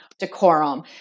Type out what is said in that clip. decorum